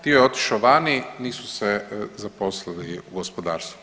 Dio je otišao vani, nisu se zaposlili u gospodarstvu.